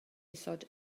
isod